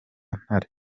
ntare